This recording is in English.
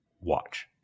watch